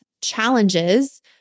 challenges